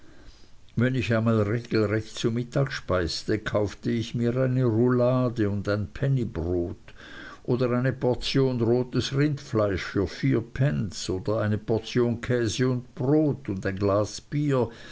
wenn ich einmal regelrecht zu mittag speiste kaufte ich mir eine roulade und ein pennybrot oder eine portion rotes rindfleisch für vier pence oder eine portion käse und brot und ein glas bier